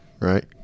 right